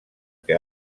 que